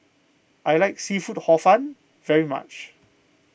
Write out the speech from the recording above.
I like Seafood Hor Fun very much